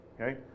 Okay